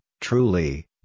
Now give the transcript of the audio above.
truly